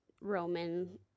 Roman